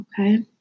Okay